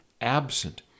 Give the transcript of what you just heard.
absent